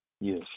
Yes